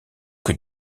que